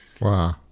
Wow